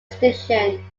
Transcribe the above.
extinction